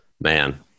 man